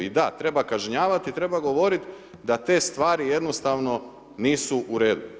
I da, treba kažnjavati, treba govoriti da te stvari jednostavno nisu u redu.